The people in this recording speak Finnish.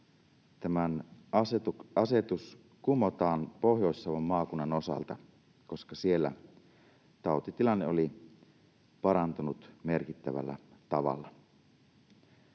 tämä asetus kumotaan Pohjois-Savon maakunnan osalta, koska siellä tautitilanne oli parantunut merkittävällä tavalla.